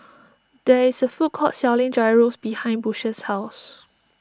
there is a food court selling Gyros behind Bush's house